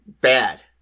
bad